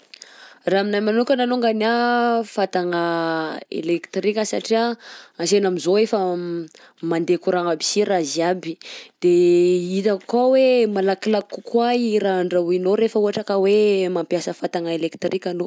Raha aminahy manokana alongany anh fatagna elektrika satria antsena am'zao efa m- mandeha courant-gna aby si raha jiaby, de hitako koà hoe malakilaky kokoa i raha andrahoinao rehefa ohatra ka hoe mampiasa fatagna elektrika anao.